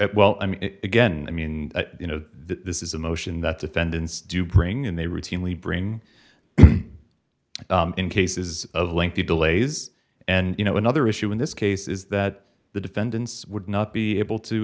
agree well i mean again i mean you know this is a motion that defendants do bring and they routinely bring in cases of lengthy delays and you know another issue in this case is that the defendants would not be able to